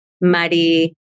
muddy